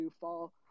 Fall